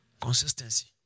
Consistency